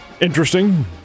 Interesting